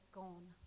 gone